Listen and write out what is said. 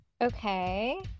okay